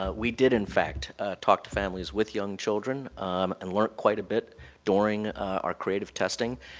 ah we did in fact talk to families with young children and learned quite a bit during our creative testing,